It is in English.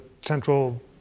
central